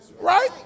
Right